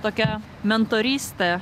tokia mentorystė